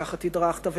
ככה תדרכת,